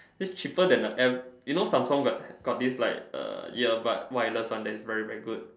its cheaper than a you know Samsung got got this like a ear bud wireless one that is very very good